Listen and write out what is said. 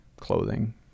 clothing